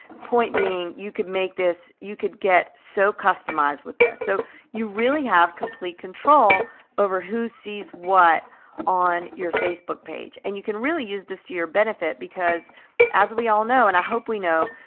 point being you could make this you could get so customized with this. so you really have complete control over who sees what on your facebook page. and you can really use this to your benefit because as we all know, and i hope we know,